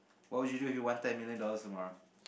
what would you do if you wanted a million dollars tomorrow